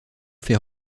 fait